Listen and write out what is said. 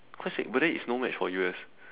quite sick but then it's no match for U_S